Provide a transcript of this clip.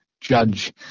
judge